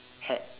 had